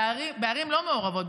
בערים לא מעורבות,